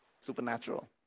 Supernatural